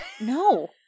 No